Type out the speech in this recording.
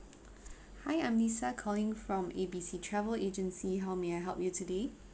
hi I'm lisa calling from A B C travel agency how may I help you today